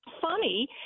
Funny